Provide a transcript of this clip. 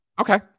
okay